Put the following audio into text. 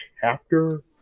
chapter